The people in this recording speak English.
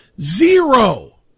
Zero